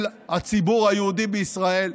של הציבור היהודי בישראל,